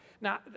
Now